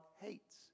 hates